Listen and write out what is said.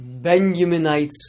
Benjaminites